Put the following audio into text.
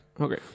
Okay